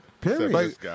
Period